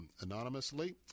anonymously